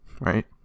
right